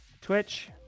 Twitch